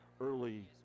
early